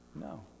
No